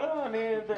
לא, לא, חברים.